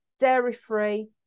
dairy-free